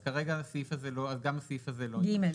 אז גם הסעיף הזה לא מאושר.